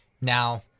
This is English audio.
Now